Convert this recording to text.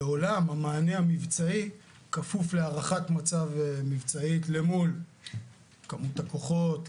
לעולם המענה המבצעי כפוף להערכת מצב מבצעית למול כמות הכוחות,